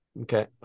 Okay